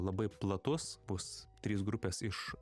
labai platus bus tris grupės iš